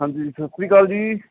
ਹਾਂਜੀ ਸਤਿ ਸ਼੍ਰੀ ਅਕਾਲ ਜੀ